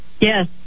Yes